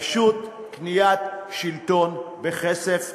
פשוט קניית שלטון בכסף ציבורי.